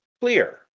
clear